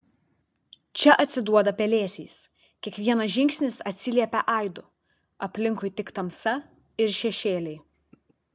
čia atsiduoda pelėsiais kiekvienas žingsnis atsiliepia aidu aplinkui tik tamsa ir šešėliai